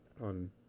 on